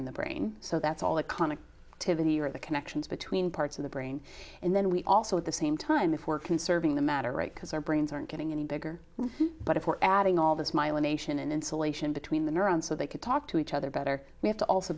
in the brain so that's all the conic to the right the connections between parts of the brain and then we also at the same time if we're conserving the matter right because our brains aren't getting any bigger but if we're adding all this myelination and insulation between the neurons so they could talk to each other better we have to also